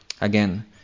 Again